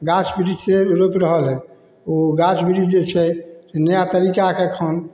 गाछ बिरिछ से रोपि रहल हइ ओ गाछ बिरिछ जे छै से नया तरीकाके एखन